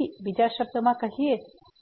તેથી બીજા શબ્દોમાં કહીએ